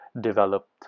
developed